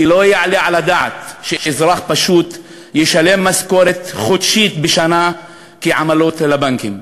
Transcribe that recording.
כי לא יעלה על הדעת שאזרח פשוט ישלם משכורת חודשית בשנה כעמלות לבנקים.